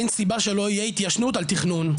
אין סיבה שלא תהיה התיישנות על תכנון,